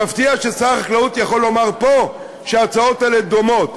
מפתיע ששר החקלאות יכול לומר פה שההצעות האלה דומות.